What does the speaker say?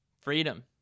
freedom